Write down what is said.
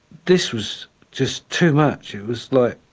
this was just too much. it was like